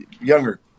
younger